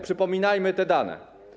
Przypominajmy te dane.